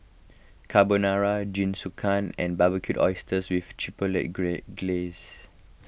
Carbonara Jingisukan and Barbecued Oysters with Chipotle gray Glaze